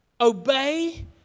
obey